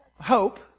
hope